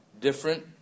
different